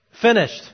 finished